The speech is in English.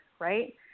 Right